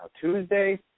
Tuesday